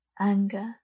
anger